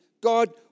God